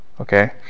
Okay